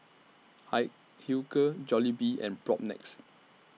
Hilker Jollibee and Propnex